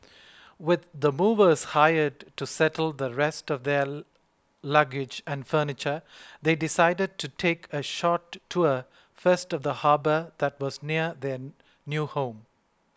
with the movers hired to settle the rest of their luggage and furniture they decided to take a short tour first of the harbour that was near their new home